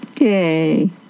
Yay